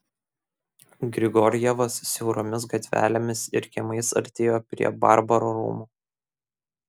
grigorjevas siauromis gatvelėmis ir kiemais artėjo prie barbaro rūmų